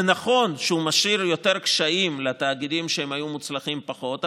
זה נכון שהוא משאיר יותר קשיים לתאגידים שהיו מוצלחים פחות,